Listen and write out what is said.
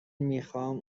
میخوام